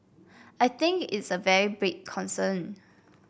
I think it's a very big concern